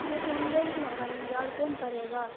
کیونکہ ہم لوگ ہی نہ پڑھیں گے اور کون پڑھے گا